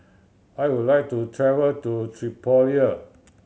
I would like to travel to Tripoli